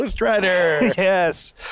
yes